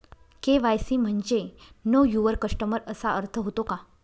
KYC म्हणजे know your customer असा अर्थ होतो का?